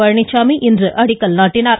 பழனிச்சாமி இன்று அடிக்கல் நாட்டினார்